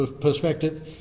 perspective